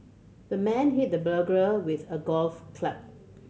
the man hit the burglar with a golf club